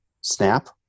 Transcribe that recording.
snap